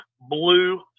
blue